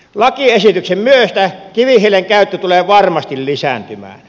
lakiesityksen myötä kivihiilen käyttö tulee varmasti lisääntymään